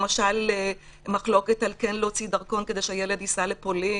למשל: מחלוקת אם כן להוציא דרכון כדי שהילד ייסע לפולין